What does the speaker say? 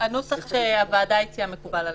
הנוסח שהוועדה הציעה מקובל עלינו.